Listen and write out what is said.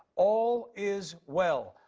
all is well.